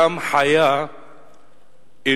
גם חיה אינו,